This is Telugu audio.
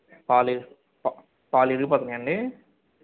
పాలీ పాలు విరిగిపోతున్నాయండి